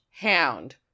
hound